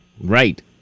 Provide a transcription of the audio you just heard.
Right